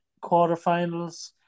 quarterfinals